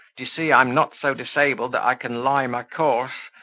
d'ye see, i'm not so disabled that i can lie my course,